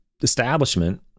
establishment